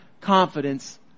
confidence